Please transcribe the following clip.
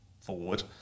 forward